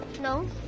No